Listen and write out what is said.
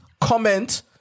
comment